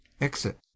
exit